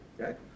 Okay